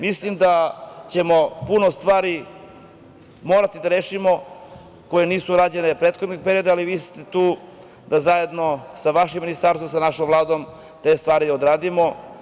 Mislim da ćemo puno stvari morati da rešimo koje nisu urađene u prethodnom periodu, ali vi ste tu da zajedno sa vašim Ministarstvom, sa našom Vladom te stvari odradimo.